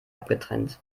abgetrennt